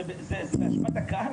זה באשמת הקהל.